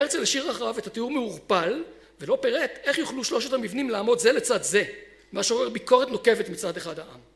בעצם השאיר אחריו את התיאור מעורפל ולא פרט איך יוכלו שלושת המבנים לעמוד זה לצד זה מה שעורר ביקורת נוקבת מצד אחד העם